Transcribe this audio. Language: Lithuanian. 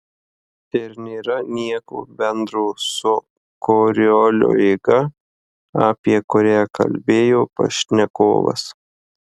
ir nėra nieko bendro su koriolio jėga apie kurią kalbėjo pašnekovas